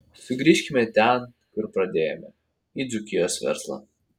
sugrįžkime ten kur pradėjome į dzūkijos verslą